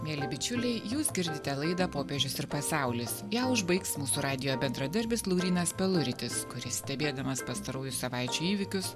mieli bičiuliai jūs girdite laidą popiežius ir pasaulis ją užbaigs mūsų radijo bendradarbis laurynas peluritis kuris stebėdamas pastarųjų savaičių įvykius